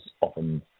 often